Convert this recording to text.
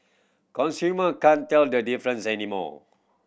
consumer can't tell the difference anymore